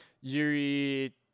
yuri